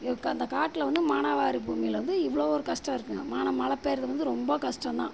ஐயோ அந்த காட்டில் வந்து மானாவாரி பூமியில் வந்து இவ்வளோ ஒரு கஷ்டம் இருக்குங்க வானம் மழை பெய்கிறது வந்து ரொம்ப கஷ்டம் தான்